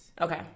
Okay